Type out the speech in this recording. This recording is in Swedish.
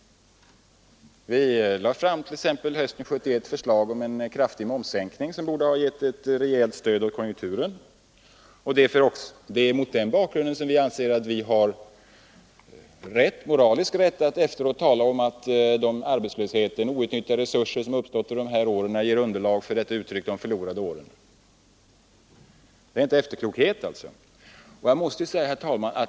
Hösten 1971 lade vit.ex. fram förslag om en kraftig momssänkning, som borde ha givit ett rejält stöd åt konjunkturen. Det är mot den bakgrunden som vi anser att vi har moralisk rätt att efteråt påstå att den arbetslöshet som uppstått och de resurser som varit outnyttjade under de här åren ger underlag för att tala om förlorade år. Det är alltså inte efterklokhet.